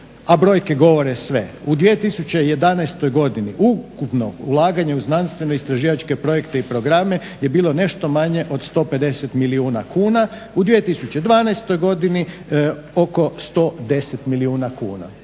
a brojke govore sve. U 2011. godini ukupno ulaganje u znanstveno-istraživačke projekte i programe je bilo nešto manje od 150 milijuna kuna, u 2012. godini oko 110 milijuna kuna.